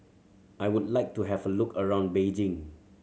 I would like to have a look around Beijing